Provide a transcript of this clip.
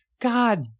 God